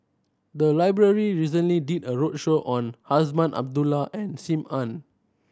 the library recently did a roadshow on Azman Abdullah and Sim Ann